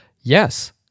yes